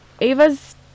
Ava's